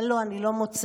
אבל לא, אני לא מוצאת.